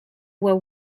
were